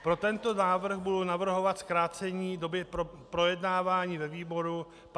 Pro tento návrh budu navrhovat zkrácení doby pro projednávání ve výboru 50 dní.